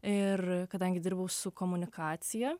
ir kadangi dirbau su komunikacija